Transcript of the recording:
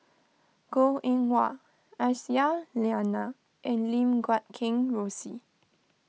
Goh Eng Wah Aisyah Lyana and Lim Guat Kheng Rosie